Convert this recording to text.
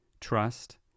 trust